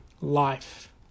life